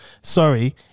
sorry